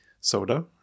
soda